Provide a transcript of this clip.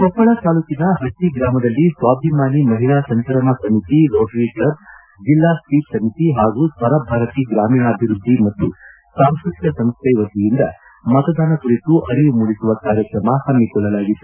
ಕೊಪ್ಪಳ ತಾಲೂಕಿನ ಪಟ್ಟಿ ಗ್ರಾಮದಲ್ಲಿ ಸ್ವಾಭಿಮಾನಿ ಮಹಿಳಾ ಸಂಚಲನ ಸಮಿತಿ ರೋಟರಿ ಕ್ಲಬ್ ಜಿಲ್ಲಾ ಸ್ವೀಪ್ ಸಮಿತಿ ಪಾಗೂ ಸ್ವರಭಾರತಿ ಗ್ರಾಮೀಣಾಭಿವೃದ್ಧಿ ಮತ್ತು ಸಾಂಸ್ವತಿಕ ಸಂಸ್ಥೆ ವತಿಯಿಂದ ಮತದಾನ ಕುರಿತು ಅರಿವು ಮೂಡಿಸುವ ಕಾರ್ಯಕ್ರಮ ಹಮ್ಮಿಕೊಳ್ಳಲಾಗಿತ್ತು